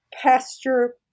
pasture